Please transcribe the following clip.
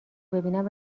ببینم